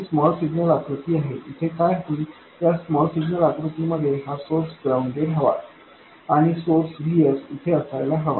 ही small signal आकृती आहे इथे काय होईल या स्मॉल सिग्नल आकृती मध्ये हा सोर्स ग्राउंडेड हवा आणि सोर्स Vs इथे असायला हवा